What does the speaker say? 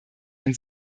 ein